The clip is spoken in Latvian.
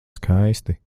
skaisti